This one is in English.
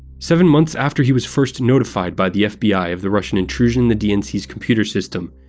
seven months after he was first notified by the fbi of the russian intrusion in the dnc's computer system,